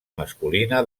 masculina